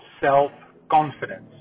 self-confidence